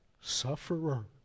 sufferer